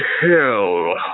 hell